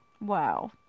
Wow